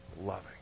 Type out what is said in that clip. loving